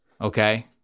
Okay